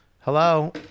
Hello